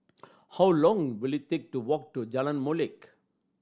how long will it take to walk to Jalan Molek